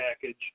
package